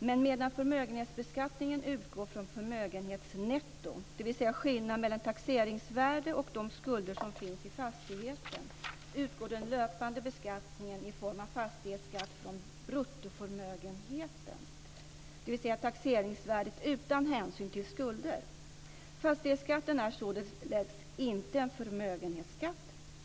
Men medan förmögenhetsbeskattningen utgår från förmögenhetsnettot - d.v.s. skillnaden mellan taxeringsvärdet och de skulder som finns i fastigheten - utgår den löpande beskattningen i form av fastighetsskatt från bruttoförmögenheten - d.v.s. Fastighetsskatten är således inte en förmögenhetsskatt.